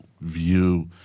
view –